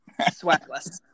swagless